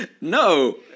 No